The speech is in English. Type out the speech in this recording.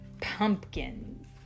pumpkins